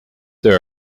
there